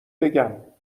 بگم